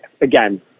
again